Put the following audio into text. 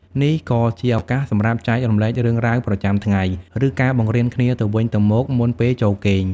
នេះក៏ជាឱកាសសម្រាប់ចែករំលែករឿងរ៉ាវប្រចាំថ្ងៃ ឬការបង្រៀនគ្នាទៅវិញទៅមកមុនពេលចូលគេង។